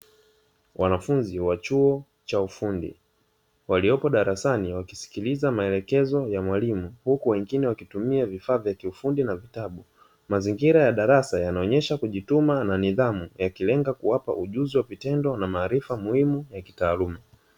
Wanafunzi wa chuo cha ufundi waliopo darasani wakisikiliza maelekezo ya mwalimu huku wengine wakitumia vifaa vya kufundi na vitabu, mazingira ya darasa yanaonyesha kujituma na nidhamu yakilenga kuwapa ujuzi wa vitendo na maarifa muhimu ya kitaaluma.